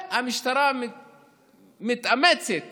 המשטרה מתאמצת